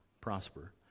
prosper